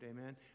Amen